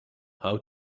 how